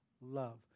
love